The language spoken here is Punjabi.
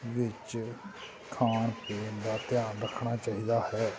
ਵਿੱਚ ਖਾਣ ਪੀਣ ਦਾ ਧਿਆਨ ਰੱਖਣਾ ਚਾਹੀਦਾ ਹੈ